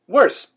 Worse